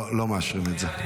לא מאשרים את זה.